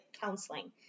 counseling